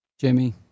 Jimmy